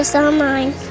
online